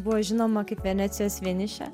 buvo žinoma kaip venecijos vienišė